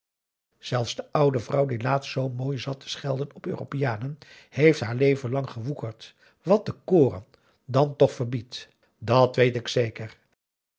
zelfs de oude vrouw die laatst zoo mooi zat te schelden op europeanen heeft haar leven lang gewoekerd wat de koran dan toch verbiedt dat weet ik zeker